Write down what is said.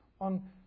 on